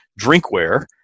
drinkware